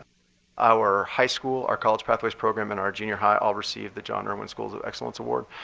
our high school, our college pathways program, and our junior high all received the john erwin schools of excellence award.